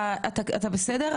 אתה בסדר?